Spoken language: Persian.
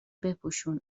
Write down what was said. بپوشون